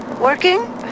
Working